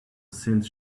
since